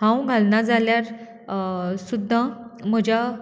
हांव घालना जाल्यार सुद्दां म्हज्या